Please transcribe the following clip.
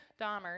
Dahmer